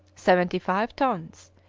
seventy-five tons,